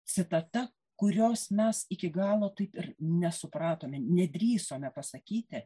citata kurios mes iki galo taip ir nesupratome nedrįsome pasakyti